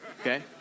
okay